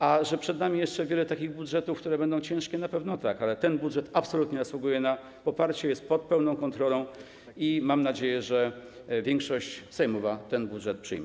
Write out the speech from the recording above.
A że przed nami jeszcze wiele takich budżetów, które będą ciężkie, na pewno tak, ale ten budżet absolutnie zasługuje na poparcie, jest pod pełną kontrolą i mam nadzieję, że większość sejmowa ten budżet przyjmie.